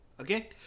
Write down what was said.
okay